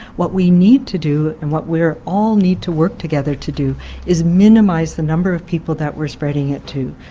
what we need to do and what we all need to work together to do is minimize the number of people that we are spreading it to.